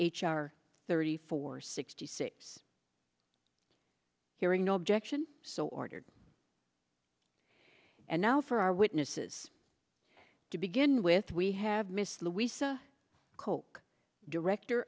r thirty four sixty six hearing no objection so ordered and now for our witnesses to begin with we have miss louisa koch director